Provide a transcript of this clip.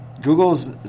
Google's